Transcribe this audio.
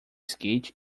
skate